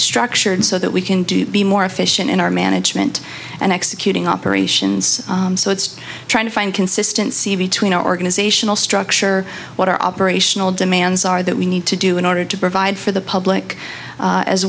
structured so that we can do be more efficient in our management and executing operations so it's trying to find consistency between our organizational structure what our operational demands are that we need to do in order to provide for the public